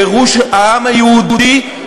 גירוש העם היהודי,